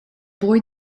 boy